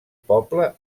poble